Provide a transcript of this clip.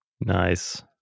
Nice